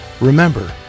Remember